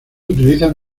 utilizan